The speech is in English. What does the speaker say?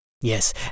Yes